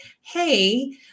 Hey